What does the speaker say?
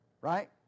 right